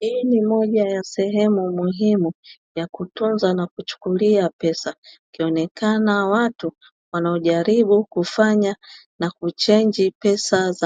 Hii ni moja ya sehemu muhimu ya kutunza pesa wakionekana watu wanaojaribu ku